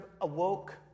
awoke